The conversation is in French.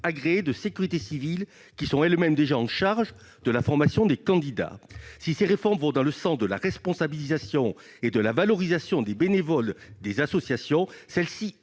agréées de sécurité civile, qui sont elles-mêmes déjà chargées de la formation des candidats. Si ces réformes vont dans le sens de la responsabilisation et de la valorisation des bénévoles des associations, celles-ci